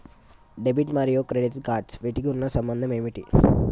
Debit మరియు credit cards వీటికి ఉన్న సంబంధం ఏంటి?